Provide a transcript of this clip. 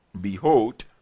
Behold